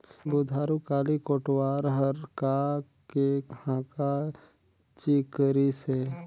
बुधारू काली कोटवार हर का के हाँका चिकरिस हे?